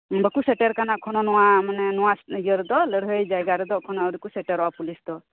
ᱵᱟᱠᱚ ᱥᱮᱴᱮᱨ ᱠᱟᱱᱟ ᱮᱠᱷᱚᱱᱚ ᱢᱟᱱᱮ ᱱᱚᱣᱟ ᱤᱭᱟᱹ ᱨᱮᱫᱚ ᱢᱟᱱᱮ ᱞᱟᱹᱲᱦᱟᱹᱭ ᱡᱟᱭᱜᱟ ᱨᱮᱫᱚ ᱮᱠᱷᱚᱱᱚ ᱟᱣᱨᱤᱠᱚ ᱥᱮᱴᱮᱨᱚᱜᱼᱟ ᱯᱩᱞᱤᱥ ᱫᱚ